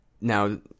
Now